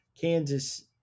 kansas